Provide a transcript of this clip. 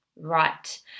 Right